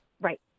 right